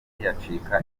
ntiyacika